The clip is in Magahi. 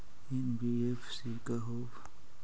एन.बी.एफ.सी का होब?